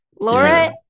Laura